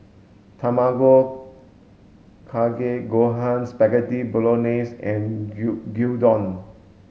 Tamago Kake Gohan Spaghetti Bolognese and Gyudon